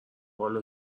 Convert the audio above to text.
والا